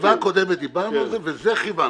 בישיבה הקודמת דיברנו על זה, ולזה כיוונו.